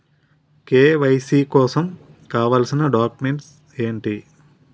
KYC కోసం కావాల్సిన documents ఎంటి?